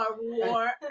war